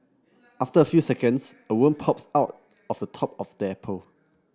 after a few seconds a worm pops out of the top of the apple